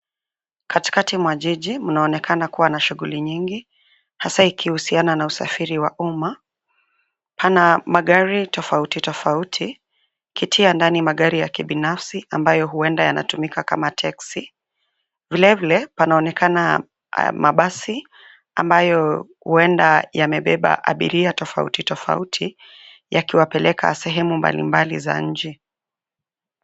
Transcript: Katikati mwa jiji mnaonekana kuwa na shughuli hasa ikihusiana na usafiri wa umma. Pana magari tofauti tofauti. Kiti ya ndani magari ya kibinafsi ambayo huenda yanatumika kama teksi. Vilevile panaonekana mabasi ambayo huenda yamebeba abiria tofauti tofauti yakiwapeleka sehemu mbalimbali za nje.